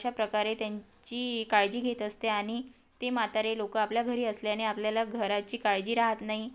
अशा प्रकारे त्यांची काळजी घेत असते आणि ते म्हातारे लोक आपल्या घरी असल्याने आपल्याला घराची काळजी राहत नाही